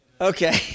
Okay